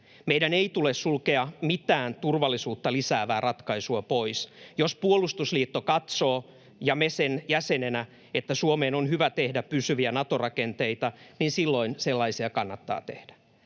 Meidän ei tule sulkea mitään turvallisuutta lisäävää ratkaisua pois. Jos puolustusliitto katsoo — ja me sen jäsenenä — että Suomeen on hyvä tehdä pysyviä Nato-rakenteita, niin silloin sellaisia kannattaa tehdä.